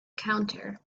counter